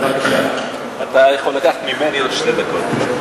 אתה יכול לקחת ממני עוד שתי דקות.